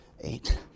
eight